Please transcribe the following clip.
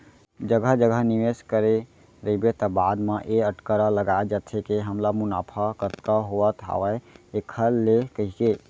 जघा जघा निवेस करे रहिबे त बाद म ए अटकरा लगाय जाथे के हमला मुनाफा कतका होवत हावय ऐखर ले कहिके